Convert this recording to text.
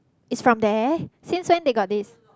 it's from there since when they got this